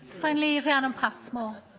finally, rhianon passmore.